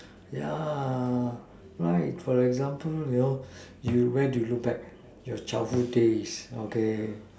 yeah right for example you know you went to look back your childhood days okay